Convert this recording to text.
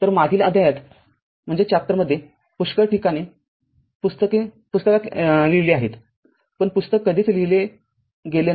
तर मागील अध्यायात पुष्कळ ठिकाणे पुस्तकात लिहिली आहेत पण पुस्तक कधीच लिहिले गेले नाही